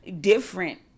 different